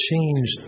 change